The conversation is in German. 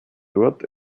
dort